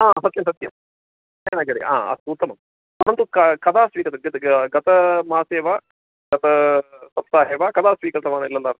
सत्यं सत्यं जयनगरे अस्तु उत्तमं परन्तु क कदा स्वीक्रियते गतमासे वा गतसप्ताहे वा कदा स्वीकृतवान् एल् एल् आर्